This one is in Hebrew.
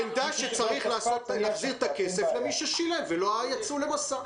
שצריך להחזיר את הכסף למי ששילם ולא יצא למסע,